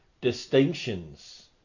distinctions